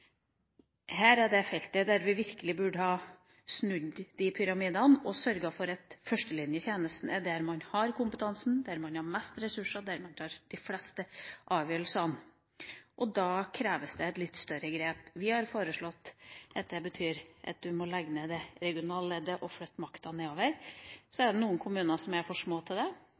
er på dette feltet vi virkelig burde ha snudd pyramidene og sørget for at førstelinjetjenesten var der man har kompetansen, der man har mest ressurser og der man tar de fleste avgjørelsene. Da kreves det et litt større grep. Vi har foreslått at det må bety at en legger ned det regionale leddet og flytter makten nedover. Så er det noen kommuner som er for små til det.